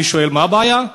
אני שואל: מה הבעיה?